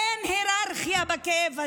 אין היררכיה בכאב הזה.